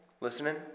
listening